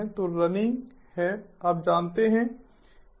तो रनिंग है आप जानते हैं